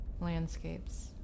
Landscapes